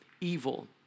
evil